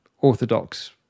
orthodox